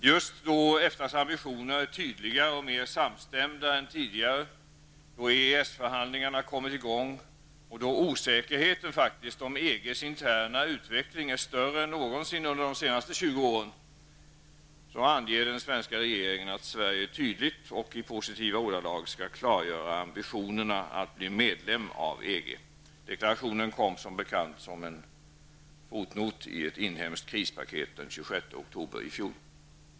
Just då EFTAs ambitioner är tydligare och mer samstämda än tidigare, då EES-förhandlingarna kommit i gång och då faktiskt osäkerheten om EGs interna utveckling är större en någonsin under de senaste 20 åren, anger den svenska regeringen att Sverige tydligt och ''i positiva ordalag'' skall klargöra ambitionerna att bli medlem av EG. Deklarationen kom som bekant som en fotnot i ett inhemskt krispaket den 26 oktober i fjol.